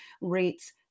rates